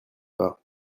pas